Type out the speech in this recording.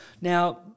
now